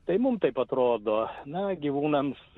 tai mum taip atrodo na gyvūnams